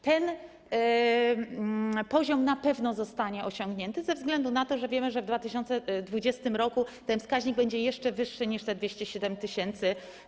Ten poziom na pewno zostanie osiągnięty ze względu na to, że wiemy, że w 2020 r. ten wskaźnik będzie jeszcze wyższy niż te dotychczasowe 207 tys.